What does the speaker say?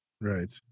Right